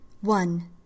One